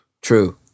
True